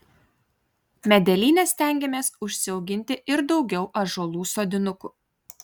medelyne stengiamės užsiauginti ir daugiau ąžuolų sodinukų